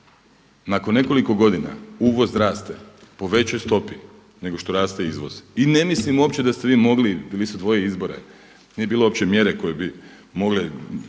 Nakon nekoliko godina uvoz raste po većoj stopi nego što raste izvoz i ne mislim opće da ste vi mogli, bili su dvoji izbori, nije bilo uopće mjere koju bi mogle